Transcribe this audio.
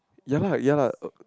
ya lah ya lah er